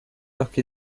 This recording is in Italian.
occhi